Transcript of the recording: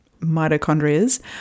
mitochondrias